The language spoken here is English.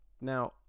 Now